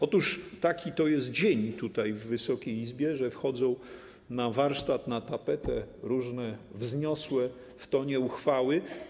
Otóż taki to jest dzień tutaj, w Wysokiej Izbie, że wchodzą na warsztat, na tapetę różne wzniosłe w tonie uchwały.